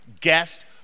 guest